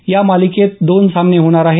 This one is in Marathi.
या मालिकेत दोन सामने होणार आहेत